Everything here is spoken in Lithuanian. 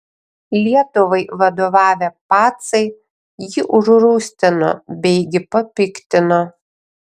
lietuvai vadovavę pacai jį užrūstino beigi papiktino